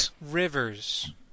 Rivers